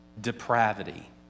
depravity